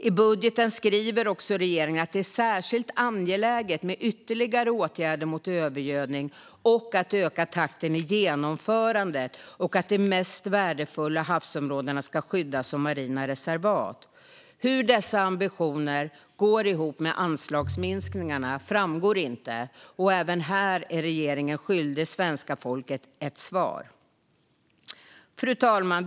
I budgeten skriver också regeringen att det är särskilt angeläget med ytterligare åtgärder mot övergödning, att öka takten i genomförandet och att de mest värdefulla havsområdena ska skyddas som marina reservat. Hur dessa ambitioner går ihop med anslagsminskningarna framgår inte. Även här är regeringen skyldig svenska folket ett svar. Fru talman!